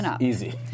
easy